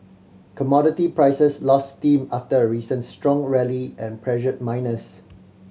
commodity prices lost steam after a recent strong rally and pressured miners